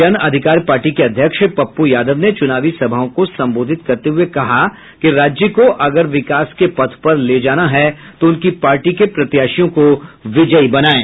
जन अधिकार पार्टी के अध्यक्ष पप्प् यादव ने चुनावी सभाओं को संबोधित करते हुए कहा कि राज्य को अगर विकास के पथ पर ले जाना है तो उनकी पार्टी के प्रत्याशियों को विजयी बनाये